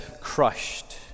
crushed